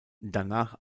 danach